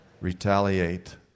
Retaliate